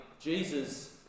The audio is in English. Jesus